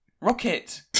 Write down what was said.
Rocket